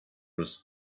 was